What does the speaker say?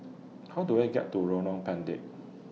How Do I get to Lorong Pendek